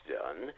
done